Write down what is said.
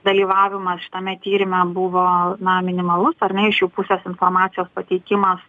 dalyvavimas šitame tyrime buvo na minimalus ar ne iš jų pusės informacijos pateikimas